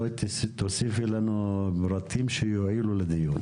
בואי תוסיפי לנו פרטים שיועילו לדיון.